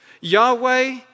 Yahweh